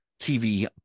TV